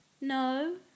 No